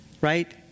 Right